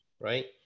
right